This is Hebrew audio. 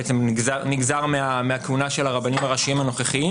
בעצם נגזר מהכהונה של הרבנים הראשיים הנוכחיים